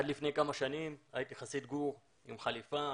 עד לפני כמה שנים הייתי חסיד גור עם חליפה,